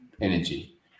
energy